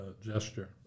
gesture